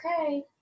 Okay